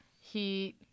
Heat